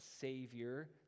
savior